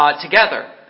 together